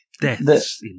deaths